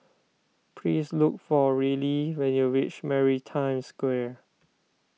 please look for Rillie when you reach Maritime Square